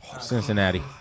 Cincinnati